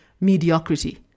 mediocrity